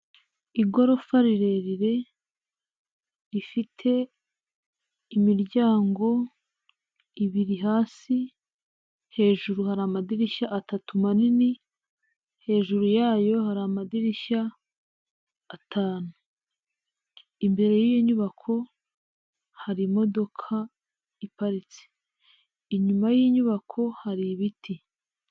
Igorofa rirerire, rifite imiryango, ibiri hasi, hejuru hari amadirishya atatu manini, hejuru yayo hari amadirishya, atanu. Imbere y'iyo nyubako hari imodoka iparitse, inyuma y'inyubako hari ibiti.